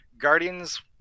Guardians